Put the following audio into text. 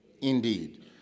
indeed